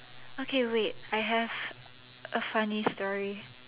okay wait I have a funny story